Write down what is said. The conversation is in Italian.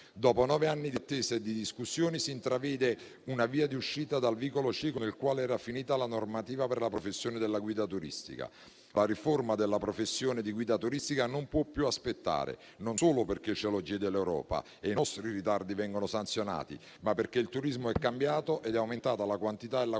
Dopo nove anni di attesa e di discussione, si intravede una via d'uscita dal vicolo cieco nel quale era finita la normativa per la professione della guida turistica. La riforma della professione di guida turistica non può più aspettare, non solo perché ce lo chiede l'Europa e i nostri ritardi vengono sanzionati, ma perché il turismo è cambiato e sono aumentate la quantità e la qualità